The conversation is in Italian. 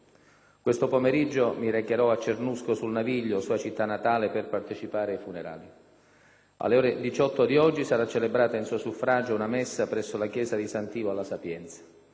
Questo pomeriggio mi recherò a Cernusco sul Naviglio, sua città natale, per partecipare ai funerali. Alle ore 18 di oggi sarà celebrata in suo suffragio una messa presso la chiesa di Sant'Ivo alla Sapienza.